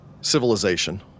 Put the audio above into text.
civilization